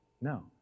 no